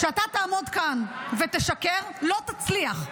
כשאתה תעמוד כאן ותשקר, לא תצליח,